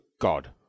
God